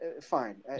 fine